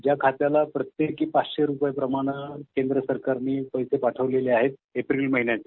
ज्या खात्याला प्रत्येकी पाचशे रूपये प्रमाणे केंद्र सरकारनं पैसे पाठवलेले आहेत एप्रिल महिन्याचे